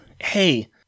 hey